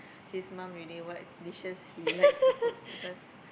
his mum already what dishes he like to cook because